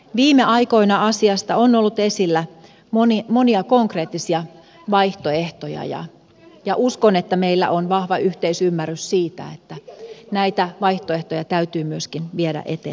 viime aikoina asiasta on ollut esillä monia konkreettisia vaihtoehtoja ja uskon että meillä on vahva yhteisymmärrys siitä että näitä vaihtoehtoja täytyy myöskin viedä eteenpäin